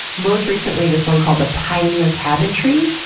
most recently, this one called the pioneer cabin tree,